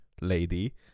lady